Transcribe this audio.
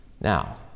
Now